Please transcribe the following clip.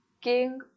King